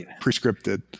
prescripted